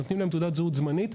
נותנים להם תעודת זהות זמנית.